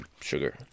sugar